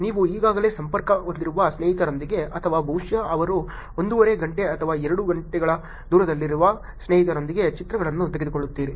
ನೀವು ಈಗಾಗಲೇ ಸಂಪರ್ಕ ಹೊಂದಿರುವ ಸ್ನೇಹಿತರೊಂದಿಗೆ ಅಥವಾ ಬಹುಶಃ ಅವರು ಒಂದೂವರೆ ಗಂಟೆ ಅಥವಾ ಎರಡು ಗಂಟೆಗಳ ದೂರದಲ್ಲಿರುವ ಸ್ನೇಹಿತರೊಂದಿಗೆ ಚಿತ್ರಗಳನ್ನು ತೆಗೆದುಕೊಳ್ಳುತ್ತೀರಿ